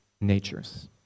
natures